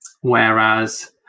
whereas